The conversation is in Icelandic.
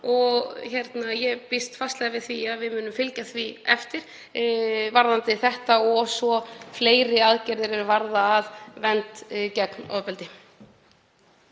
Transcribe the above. og ég býst fastlega við því að við munum fylgja því eftir varðandi þetta og svo fleiri aðgerðir er varða vernd gegn ofbeldi.